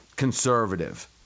conservative